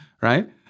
right